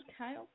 Okay